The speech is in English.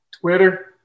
Twitter